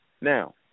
Now